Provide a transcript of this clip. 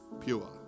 pure